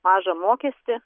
mažą mokestį